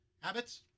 Habits